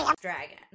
dragon